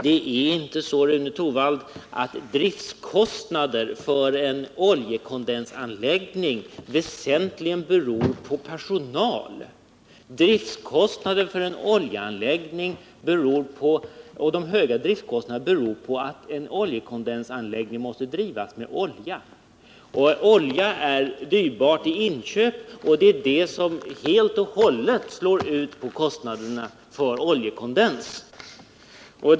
Det är inte så, Rune Torwald, att driftkostnaderna för en oljekondensanläggning väsentligen hänför sig till personal. De höjda driftkostnaderna för sådana anläggningar beror på att en oljekondensanläggning måste drivas med olja. Olja är dyrbart i inköp, och det är det som helt och hållet gör utslag på kostnaderna för oljekondensanläggningarna.